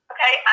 Okay